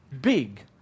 big